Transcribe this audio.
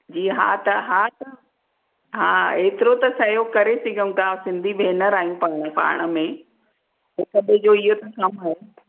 जी हा त हा त हा एतिरो त सहयोग करे सघूं था सिंधी भेनर आहियूं पाण पाण में हिक ॿिए जो इहो त कमु आहे